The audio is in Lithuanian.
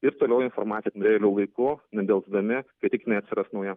ir toliau informaciją realiu laiku nedelsdami kai tik jinai atsiras nauja